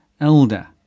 elder